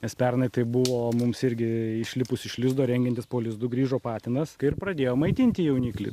nes pernai tai buvo mums irgi išlipus iš lizdo rengiantis po lizdu grįžo patinas ir pradėjo maitinti jauniklį